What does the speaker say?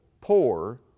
poor